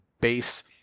base